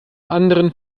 anderen